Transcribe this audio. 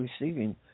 receiving